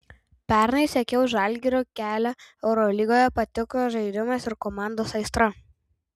pernai sekiau žalgirio kelią eurolygoje patiko žaidimas ir komandos aistra